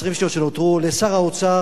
ב-20 השניות שנותרו, לשר האוצר.